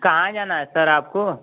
कहाँ जाना है सर आपको